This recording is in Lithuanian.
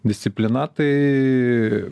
disciplina tai